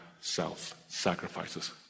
self-sacrifices